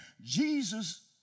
Jesus